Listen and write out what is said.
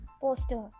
poster